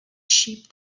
sheep